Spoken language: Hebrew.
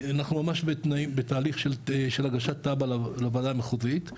אנחנו ממש בתהליך של הגשת תב"ע לוועדה המחוזית.